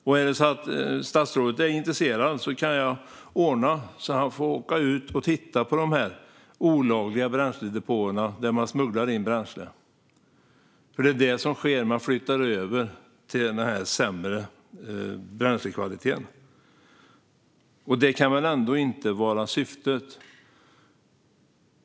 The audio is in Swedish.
Om statsrådet är intresserad kan jag ordna så att han får åka ut och titta på dessa olagliga bränsledepåer där man smugglar in bränsle. Det är det som sker, alltså att man flyttar över till denna sämre bränslekvalitet. Det kan väl ändå inte vara syftet?